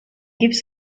gives